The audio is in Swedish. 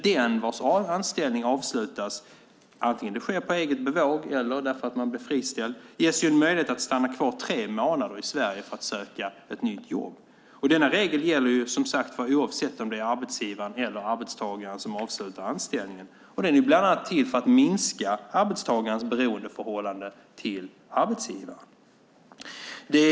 Den vars anställning avslutas - på eget bevåg eller för att man blir friställd - ges möjlighet att stanna kvar i Sverige i tre månader för att söka nytt jobb. Den regeln gäller, som sagt, oavsett om det är arbetsgivaren eller arbetstagaren som avslutar anställningen. Den är bland annat till för att minska arbetstagarens beroendeförhållande till arbetsgivaren.